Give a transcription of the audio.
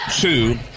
two